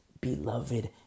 beloved